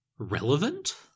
Relevant